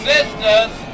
Sisters